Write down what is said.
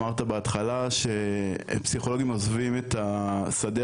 אמרת בהתחלה שפסיכולוגים עוזבים את השדה